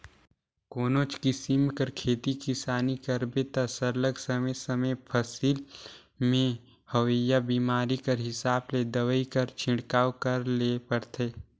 कोनोच किसिम कर खेती किसानी करबे ता सरलग समे समे फसिल में होवइया बेमारी कर हिसाब ले दवई कर छिड़काव करे ले परथे